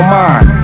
mind